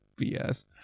BS